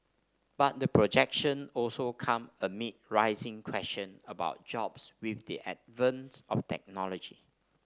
but the projection also come amid rising questions about jobs with the advent of technology